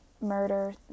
murder